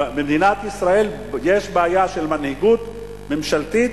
במדינת ישראל יש בעיה של מנהיגות ממשלתית,